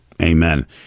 Amen